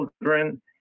children